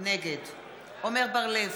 נגד עמר בר-לב,